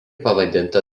pavadinta